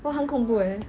!wah! 很恐怖诶